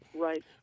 Right